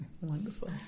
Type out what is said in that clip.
Wonderful